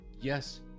yes